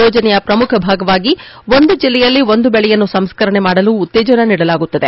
ಯೋಜನೆಯ ಪ್ರಮುಖ ಭಾಗವಾಗಿ ಒಂದು ಜಿಲ್ಲೆಯಲ್ಲಿ ಒಂದು ಬೆಳೆಯನ್ನು ಸಂಸ್ಕರಣೆ ಮಾಡಲು ಉತ್ತೇಜನ ನೀಡಲಾಗುತ್ತದೆ